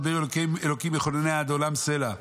בעיר אלהינו אלהים יכוננה עד עולם סלה.